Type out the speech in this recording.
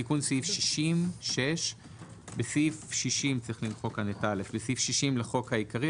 תיקון סעיף 60.6 בסעיף 60 לחוק העיקרי,